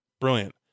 brilliant